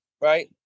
right